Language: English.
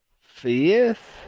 fifth